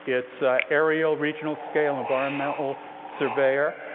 it's an aerial regional-scale environmental surveyor.